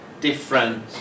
different